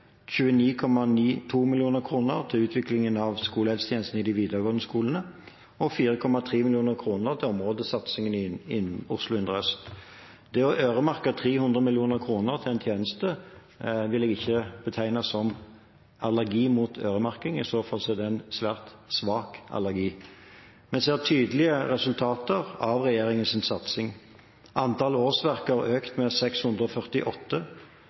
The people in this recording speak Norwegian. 4,3 mill. kr til områdesatsingen i Oslo indre øst. Det å øremerke 300 mill. kr til en tjeneste vil jeg ikke betegne som allergi mot øremerking. I så fall er det en svært svak allergi. En ser tydelige resultater av regjeringens satsing. Antall årsverk har økt med 648